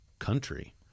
country